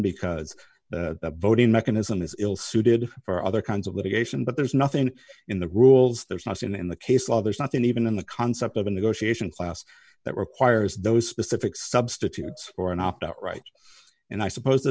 because the voting mechanism is ill suited for other kinds of litigation but there's nothing in the rules there's nothing in the case law there's nothing even in the concept of a negotiation class that requires those specific substitutes for an opt out right and i suppose th